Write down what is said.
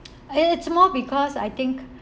it's more because I think